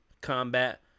Combat